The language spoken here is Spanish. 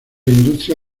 industria